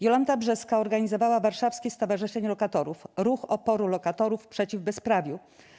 Jolanta Brzeska organizowała Warszawskie Stowarzyszenie Lokatorów - ruch oporu lokatorów przeciw bezprawiu.